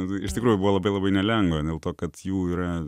ir iš tikrųjų buvo labai labai nelengva dėl to kad jų yra